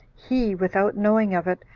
he, without knowing of it,